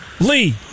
Lee